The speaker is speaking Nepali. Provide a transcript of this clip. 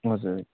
हजुर